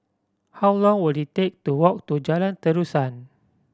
how long will it take to walk to Jalan Terusan